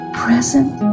present